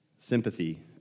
sympathy